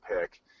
pick